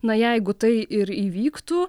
na jeigu tai ir įvyktų